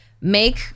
Make